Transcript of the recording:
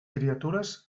criatures